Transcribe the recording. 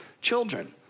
children